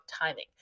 timing